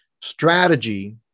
Strategy